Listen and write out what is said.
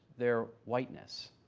their whiteness.